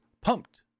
pumped